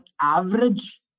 average